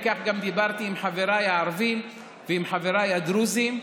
וכך גם דיברתי עם חבריי הערבים ועם חבריי הדרוזים.